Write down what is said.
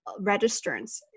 registrants